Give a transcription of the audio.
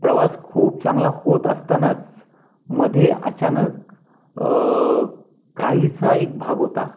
प्रवास खूप चांगला होत असतानाच मध्ये अचानक काहीसा एक भाग होता